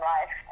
Life